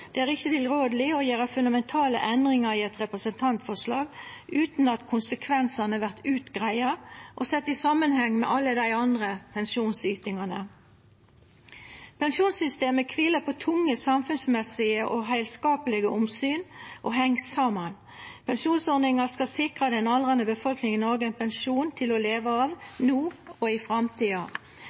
Det er ikkje tilrådeleg å gjera fundamentale endringar i eit representantforslag utan at konsekvensane vert greidde ut og sett i samanheng med alle dei andre pensjonsytingane. Pensjonssystemet kviler på tunge samfunnsmessige og heilskaplege omsyn og heng saman. Pensjonsordninga skal sikra den aldrande befolkninga i Noreg ein pensjon til å leva av, no og i framtida.